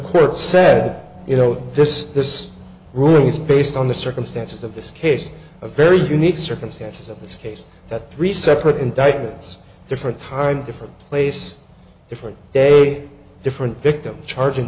court said that you know this this ruling is based on the circumstances of this case a very unique circumstances of this case that three separate indictments different time different place different day different victim charging